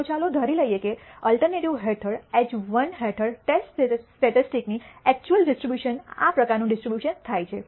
તો ચાલો ધારી લઈએ કે અલ્ટરનેટિવ હેઠળ એચ 1 હેઠળ ટેસ્ટ સ્ટેટિસ્ટિક્સ ની ઐક્ચૂઅલ ડિસ્ટ્રીબ્યુશન આ પ્રકારનું ડિસ્ટ્રીબ્યુશન થાય છે